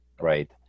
right